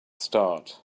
start